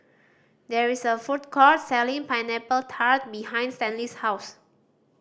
there is a food court selling Pineapple Tart behind Stanley's house